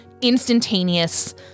instantaneous